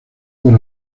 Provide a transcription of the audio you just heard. por